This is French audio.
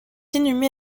inhumé